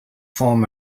form